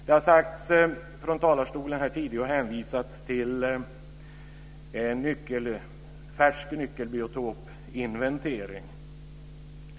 Det har från talarstolen tidigare hänvisats till en färsk nyckelbiotopsinventering.